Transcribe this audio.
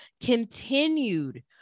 continued